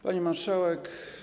Pani Marszałek!